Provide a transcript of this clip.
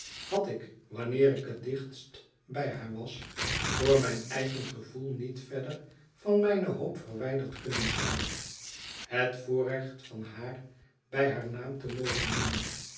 had ik wanneer ik het dichtst bij haar was voor mijn eigen gevoel niet verder van mijne hoop verwijderd kunnen zijn het voorrecht van haar bij haar naam te mogen noemen